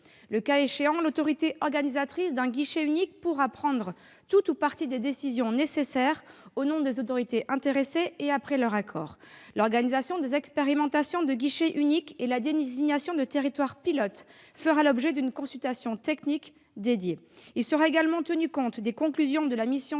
Le cas échéant, l'autorité organisatrice d'un guichet unique pourra prendre tout ou partie des décisions nécessaires au nom des autorités intéressées et après leur accord. L'organisation des expérimentations de guichet unique et la désignation de territoires pilotes feront l'objet d'une consultation technique dédiée. Il sera également tenu compte des conclusions de la mission sur les